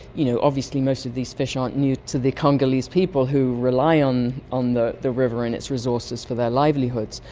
you know obviously most of these fish aren't new to the congolese people who rely on on the the river and its resources for their livelihoods,